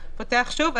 הוא פתוח שוב,